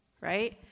right